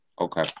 Okay